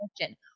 question